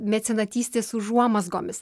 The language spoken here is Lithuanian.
mecenatystės užuomazgomis